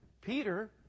Peter